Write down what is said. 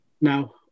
Now